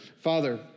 Father